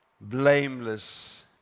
blameless